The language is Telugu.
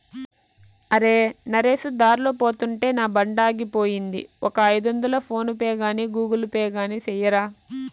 అరే, నరేసు దార్లో పోతుంటే నా బండాగిపోయింది, ఒక ఐదొందలు ఫోన్ పే గాని గూగుల్ పే గాని సెయ్యరా